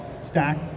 stack